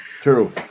True